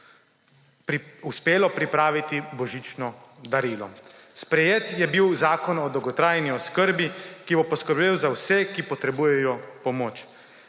uspelo pripraviti božično darilo – sprejet je bil Zakon o dolgotrajni oskrbi, ki bo poskrbel za vse, ki potrebujejo pomoč.